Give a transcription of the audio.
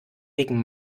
wegen